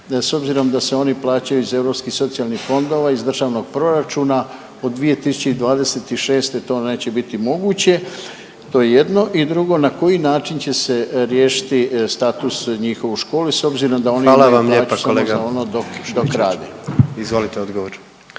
s obzirom da se oni plaćaju iz europskih socijalnih fondova, iz državnog proračuna, od 2026. to neće biti moguće, to je jedno i drugo, na koji način će se riješiti status njihov u školi s obzirom da oni .../Govornici govore